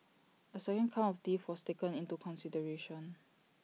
A second count of theft was taken into consideration